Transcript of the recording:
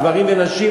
גברים ונשים,